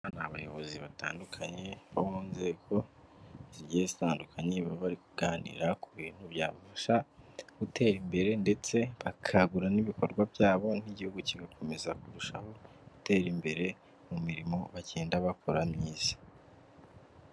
Aba ni abayobozi batandukanye bo mu nzego zigiye zitandukanye baba baganira ku bintu byabafasha gutera imbere ndetse bakagura n'ibikorwa byabo, n'igihugu kigakomeza kurushaho gutera imbere mu mirimo bagenda bakora myiza.